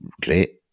great